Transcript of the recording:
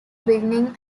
beginning